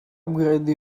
upgrade